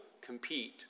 compete